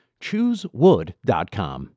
Choosewood.com